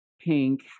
pink